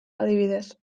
adibidez